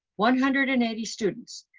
one hundred and eighty students.